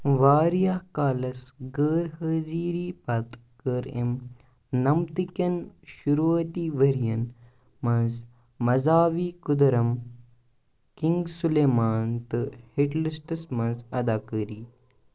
واریاہ کالس غٲر حٲضِری پتہٕ کٔر أمۍ نَمَتہٕ کیٚن شُروٗعٲتی ؤرۍ ین منٛز مزاوی كوُدرم کِنٛگ سُلیمان تہٕ ہِٹ لِسٹَس منٛز اَداکٲری